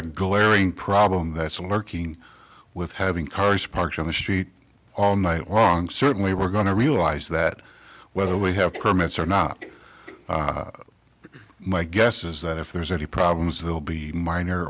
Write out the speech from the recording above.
a glaring problem that's lurking with having cars parked on the street all night long certainly we're going to realize that whether we have permits or not my guess is that if there's any problems they'll be minor